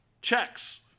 checks